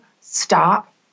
stop